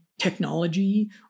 technology